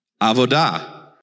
Avodah